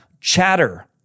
Chatter